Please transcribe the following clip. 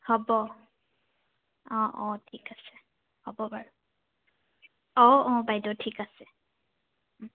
হ'ব অঁ অঁ ঠিক আছে হ'ব বাৰু অঁ অঁ বাইদেউ ঠিক আছে